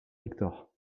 victor